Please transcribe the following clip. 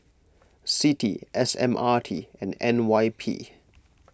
Citi S M R T and N Y P